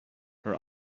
her